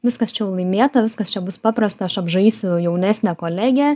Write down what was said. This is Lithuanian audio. viskas čia jau laimėta viskas čia bus paprasta aš apžaisiu jaunesnę kolegę